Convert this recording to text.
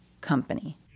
company